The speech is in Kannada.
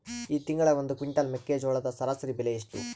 ಈ ತಿಂಗಳ ಒಂದು ಕ್ವಿಂಟಾಲ್ ಮೆಕ್ಕೆಜೋಳದ ಸರಾಸರಿ ಬೆಲೆ ಎಷ್ಟು?